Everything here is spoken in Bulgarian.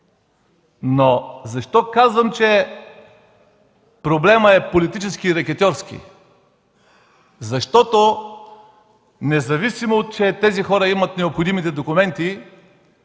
Защо казвам, че проблемът е политически и рекетьорски? Защото независимо, че тези хора имат необходимите документи,